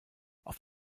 auf